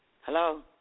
Hello